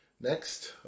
Next